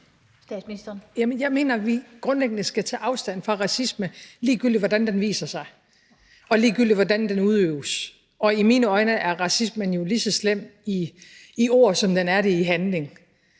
Jeg mener, vi grundlæggende skal tage afstand fra racisme, ligegyldigt hvordan den viser sig, og ligegyldigt hvordan den udøves. I mine øjne er racismen jo lige så slem i ord, som den er det i handling.